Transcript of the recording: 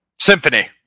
Symphony